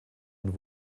und